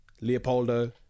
Leopoldo